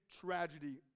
tragedy